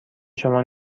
شما